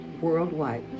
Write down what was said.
Worldwide